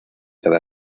cada